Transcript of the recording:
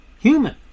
human